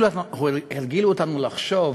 הרגילו אותנו לחשוב,